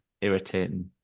irritating